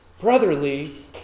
brotherly